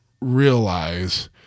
realize